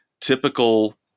typical